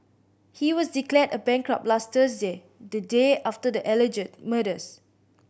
he was declared a bankrupt last Thursday the day after the alleged murders